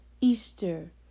Easter